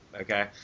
Okay